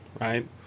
right